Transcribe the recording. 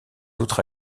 autres